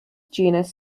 genus